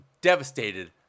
devastated